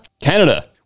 Canada